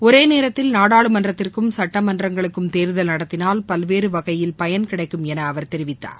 ஒரே நேரத்தில் நாடாளுமன்றத்திற்கும் சட்டமன்றங்களுக்கும் தேர்தல் நடத்தினால் பல்வேறு வகையில் பயன் கிடைக்கும் என அவர் தெரிவித்தார்